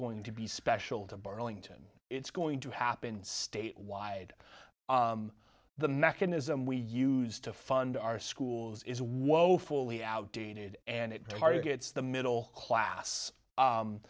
going to be special to burlington it's going to happen state wide the mechanism we use to fund our schools is woefully outdated and it targets the middle class